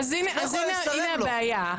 אז הנה הבעיה.